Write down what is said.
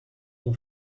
mon